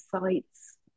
sites